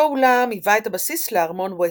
אותו אולם היווה את הבסיס לארמון וסטמינסטר.